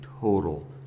total